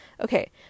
Okay